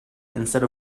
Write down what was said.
instead